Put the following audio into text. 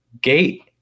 gate